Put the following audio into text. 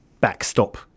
backstop